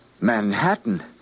Manhattan